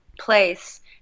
place